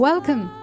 Welcome